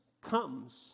comes